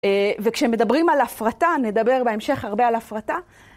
וכשמדברים על הפרטה, נדבר בהמשך הרבה על הפרטה.